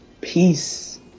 peace